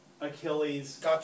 Achilles